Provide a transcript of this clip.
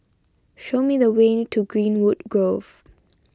show me the way to Greenwood Grove